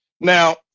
Now